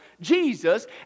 Jesus